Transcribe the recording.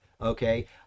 Okay